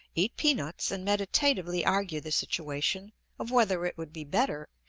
eat peanuts, and meditatively argue the situation of whether it would be better,